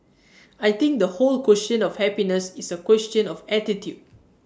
I think the whole question of happiness is A question of attitude